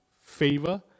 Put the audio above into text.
favor